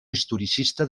historicista